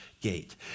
gate